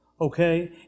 okay